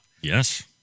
Yes